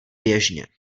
běžně